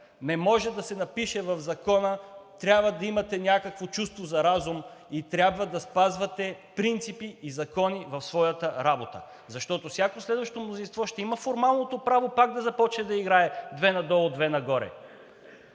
Не може да се напише в закона, че трябва да имате някакво чувство за разум и трябва да спазвате принципи и закони в своята работа, защото всяко следващо мнозинство ще има формалното право пак да започне да играе две надолу, две нагоре.